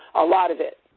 a lot of it.